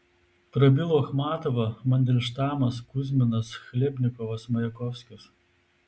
prabilo achmatova mandelštamas kuzminas chlebnikovas majakovskis